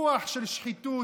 רוח של שחיתות,